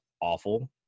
awful